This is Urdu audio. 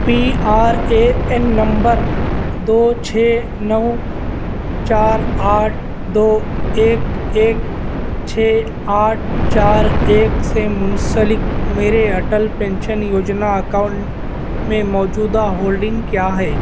P R A N number دو چھ نو چار آٹھ دو ایک ایک چھ آٹھ چار ایک سے منسلک میرے اٹل پینشن یوجنا اکاؤنٹ میں موجودہ ہولڈنگ کیا ہے